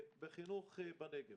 בחינוך בנגב